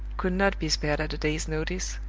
could not be spared at a day's notice,